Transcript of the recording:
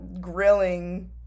grilling